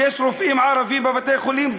יש רופאים ערבים בבתי-חולים,